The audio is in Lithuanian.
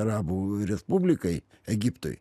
arabų respublikai egiptui